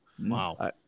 Wow